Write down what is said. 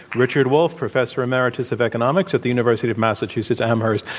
richard wolff, professor emeritus of economics at the university of massachusetts-amherst.